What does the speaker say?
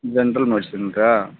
general ಮಡ್ಷಿನ್ಸಾ